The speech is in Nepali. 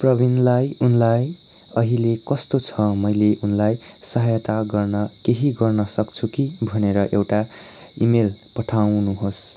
प्रविनलाई उनलाई अहिले कस्तो छ मैले उनलाई सहायता गर्न केही गर्न सक्छु कि भनेर एउटा इमेल पठाउनुहोस्